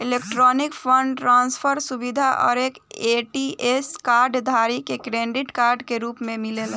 electronic fund transfer के सुविधा हरेक ए.टी.एम कार्ड धारी के डेबिट कार्ड के रूप में मिलेला